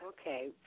Okay